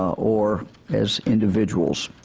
or as individuals.